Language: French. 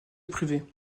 privée